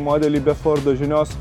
modelį be fordo žinios